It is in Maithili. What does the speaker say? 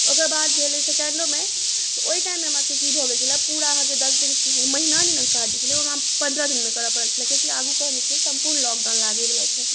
ओकरबाद भेलै सेकण्डोमे तऽ ओहि टाइममे हमरा सबकेँ की भऽ गेल छलै पूरा अहाँकेँ दश दिन महिना दिनक काज जे छलै ओ हमरा पन्द्रह दिनमे करए पड़ल छलै किएकी आगू सम्पूर्ण लॉकडाउन लागए बला छै